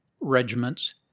regiments